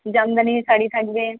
জামদানি শাড়ি থাকবে